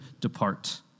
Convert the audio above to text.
depart